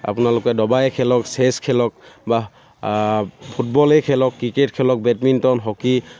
আপোনালোকে ডবাই খেলক চেছ খেলক বা ফুটবলেই খেলক ক্ৰিকেট খেলক বেডমিন্টন হকী